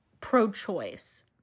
pro-choice